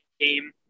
game